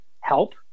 help